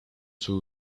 too